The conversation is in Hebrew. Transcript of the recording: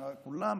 וכולם